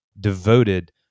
devoted